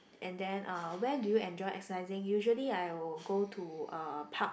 and then uh where do you enjoy exercising usually I will go to a park